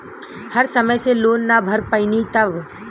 हम समय से लोन ना भर पईनी तब?